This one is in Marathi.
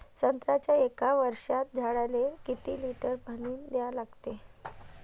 संत्र्याच्या एक वर्षाच्या झाडाले किती लिटर पाणी द्या लागते?